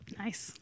nice